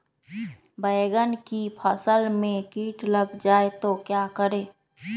बैंगन की फसल में कीट लग जाए तो क्या करें?